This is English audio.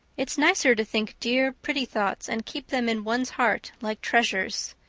it's nicer to think dear, pretty thoughts and keep them in one's heart, like treasures.